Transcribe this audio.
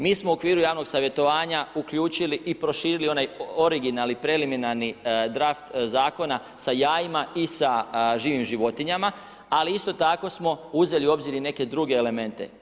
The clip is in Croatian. Mi smo u okviru javnog savjetovanja uključili i proširili onaj originalni, preliminarni draft zakona sa jajima i sa živim životinjama, ali isto tako smo uzeli u obzir i neke druge elemente.